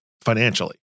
financially